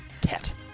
cat